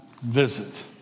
visit